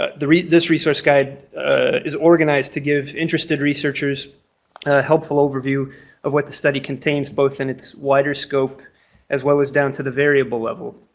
ah this resource guide is organized to give interested researchers a helpful overview of what the study contains both in its wider scope as well as down to the variable level.